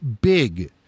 big